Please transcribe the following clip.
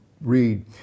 read